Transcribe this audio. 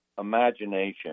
imagination